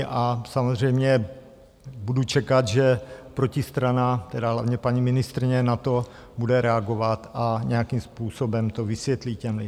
A samozřejmě budu čekat, že protistrana, tedy hlavně paní ministryně, na to bude reagovat a nějakým způsobem to vysvětlí těm lidem.